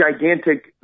gigantic